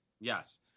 Yes